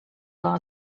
law